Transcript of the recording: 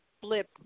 flip